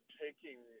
taking